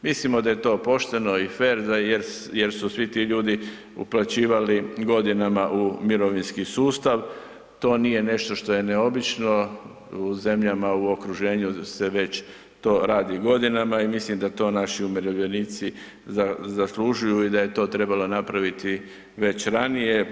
Mislimo da je to pošteno i fer jer su svi ti ljudi uplaćivali godinama u mirovinski sustav, to nije nešto što je neobično uzemljama u okruženju se to radi godinama i mislim da to naši umirovljenici zaslužuju i da je to trebalo napraviti već ranije.